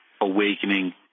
awakening